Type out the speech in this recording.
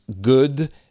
good